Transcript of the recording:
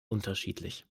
unterschiedlich